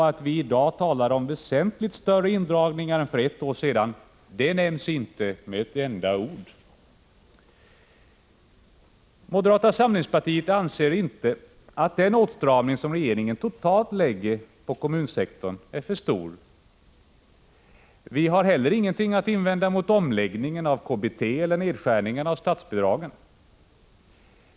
Att vi i dag talar om väsentligt större indragningar än för ett år sedan nämns inte med ett enda ord. Moderata samlingspartiet anser inte att den åtstramning som regeringen totalt lägger på kommunsektorn är för stor. Vi har inte heller något att invända mot omläggningen av KBT eller nedskärningarna av statsbidragen.